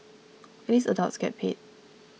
at least adults get paid